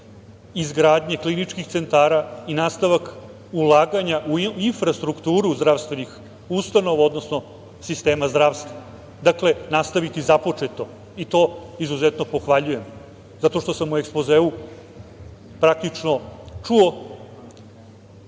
izgradnje kliničkih centara i nastavak ulaganja u infrastrukturu zdravstvenih ustanova, odnosno sistema zdravstva. Dakle, nastaviti započeto i to izuzetno pohvaljujem, zato što sam u ekspozeu čuo